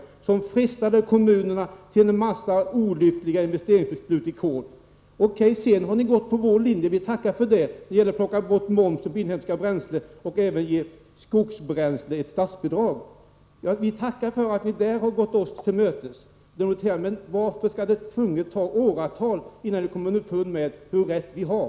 Detta frestade kommunerna till en massa olyckliga investeringsbeslut i kol. Sedan har ni gått på vår linje. Vi tackar för det. Ni har plockat bort moms på inhemska bränslen och ni har gett ett statsbidrag till skogsbränsle — vi tackar för att ni här har gått oss till mötes. Men varför skall det absolut ta åratal innan ni kommer underfund med hur rätt vi har?